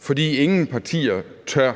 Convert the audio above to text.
fordi ingen partier tør